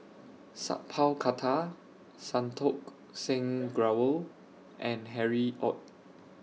Sat Pal Khattar Santokh Singh Grewal and Harry ORD